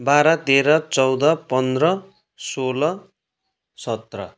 बाह्र तेह्र चौध पन्ध्र सोह्र सत्र